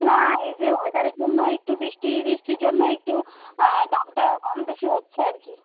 না এই যে ওয়েদারের জন্য একটু বৃষ্টি টিষ্টির জন্য একটু দামটা কমবেশি হচ্ছে আর কি